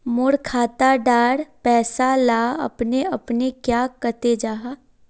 मोर खाता डार पैसा ला अपने अपने क्याँ कते जहा?